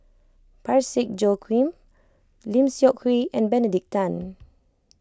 Parsick Joaquim Lim Seok Hui and Benedict Tan